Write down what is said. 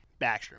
Backstrom